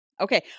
Okay